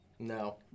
no